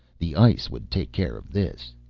the ice would take care of this.